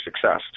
success